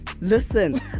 listen